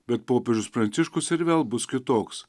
bet popiežius pranciškus ir vėl bus kitoks